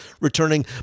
returning